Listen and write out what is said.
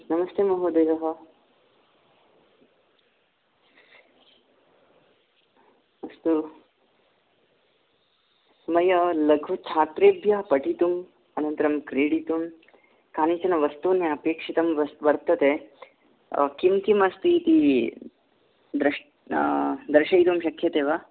नमस्ते महोदयः अस्तु मया लघुछात्रेभ्यः पठितुम् अनन्तरं क्रीडितुं कानिचन वस्तुनि अपेक्षितं वर्तते किं किम् अस्ति इति द्रष् दर्शयितुं शक्यते वा